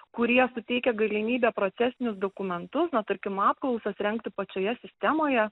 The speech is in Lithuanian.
kurie suteikia galimybę procesinius dokumentus na tarkim apklausas rengti pačioje sistemoje